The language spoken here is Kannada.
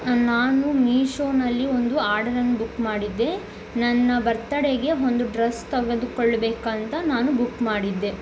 ನಾನು ಮೀಶೋನಲ್ಲಿ ಒಂದು ಆರ್ಡರನ್ನ ಬುಕ್ ಮಾಡಿದ್ದೆ ನನ್ನ ಬರ್ತಡೆಗೆ ಒಂದು ಡ್ರಸ್ ತೆಗೆದುಕೊಳ್ಬೇಕಂತ ನಾನು ಬುಕ್ ಮಾಡಿದ್ದೆ